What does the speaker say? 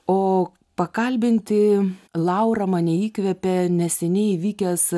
o pakalbinti laurą mane įkvėpė neseniai įvykęs